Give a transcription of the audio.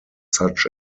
such